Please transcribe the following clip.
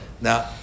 Now